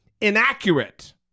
Inaccurate